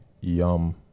Yum